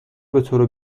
بطور